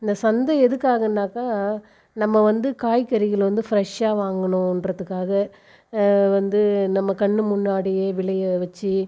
இந்த சந்தை எதுக்காகனாக்கா நம்ம வந்து காய்கறிகளை வந்து ஃப்ரெஸ்ஸாக வாங்கணுன்றதுக்காக வந்து நம்ம கண்ணு முன்னாடி விளைய வச்சு